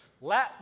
Let